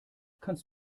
kannst